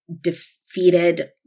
defeated